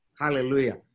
Hallelujah